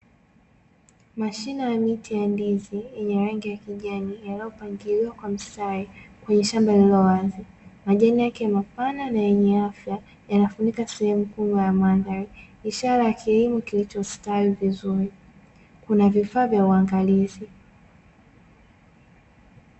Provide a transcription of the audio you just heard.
Mashina ya miti ya ndizi yenye rangi ya kijani yaliyopangiliwa kwa mstari kwenye shamba lililowazi. Majani yake mapana na yenye afya yanafunika sehemu kubwa ya mandhari ishara ya kilimo kilichostawi vizuri, kuna vifaa vya uangalizi.